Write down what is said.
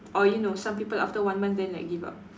or you know some people after one month then like give up